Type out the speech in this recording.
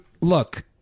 look